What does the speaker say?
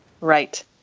Right